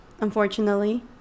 unfortunately